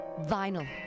vinyl